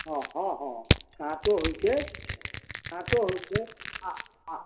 हँ हँ हँ काँटो होइ छै काँटो होइ छै आओर आओर